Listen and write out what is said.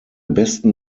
besten